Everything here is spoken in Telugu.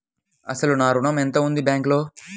అసలు నా ఋణం ఎంతవుంది బ్యాంక్లో?